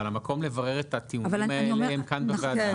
אבל המקום לברר את הטיעונים האלה הם כאן בוועדה.